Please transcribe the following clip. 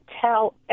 Tell